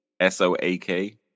S-O-A-K